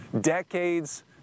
decades